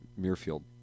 Muirfield